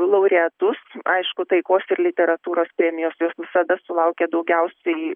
laureatus aišku taikos ir literatūros premijos jos visada sulaukia daugiausiai